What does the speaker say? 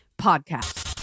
Podcast